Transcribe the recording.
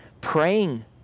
praying